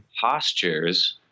postures